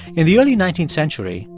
in the early nineteenth century,